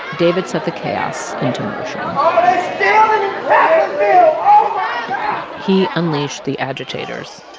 david set the chaos um he unleashed the agitators,